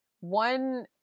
One